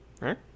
Right